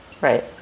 Right